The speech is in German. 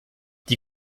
die